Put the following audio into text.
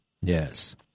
Yes